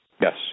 Yes